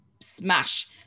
smash